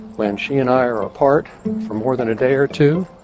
when she and i are apart for more than a day or two,